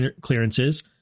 clearances